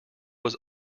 was